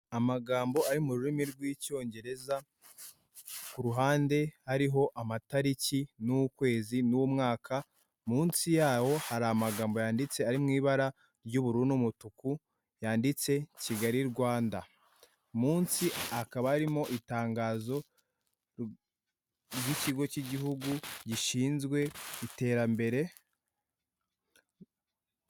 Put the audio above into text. Amagambo ari mu rurimi rw'icyongereza, k'uruhande hariho amatariki n'ukwezi n'umwaka munsi yawo hari amagambo yanditse ari mu ibara ry'ubururu n'umutuku yanditse Kigali Rwanda, munsi hakaba harimo itangazo ry'ikigo cy'igihugu gishinzwe iterambere.